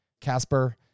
Casper